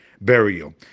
burial